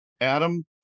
Adam